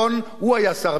הוא היה שר הביטחון.